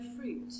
fruit